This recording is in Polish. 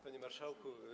Panie Marszałku!